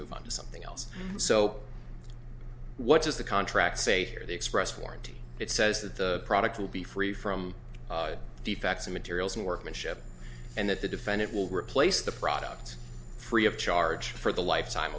move on to something else so what does the contract say for the express warranty it says that the product will be free from defects in materials and workmanship and that the defendant will replace the product free of charge for the lifetime